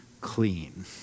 clean